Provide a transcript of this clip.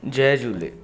जय झूले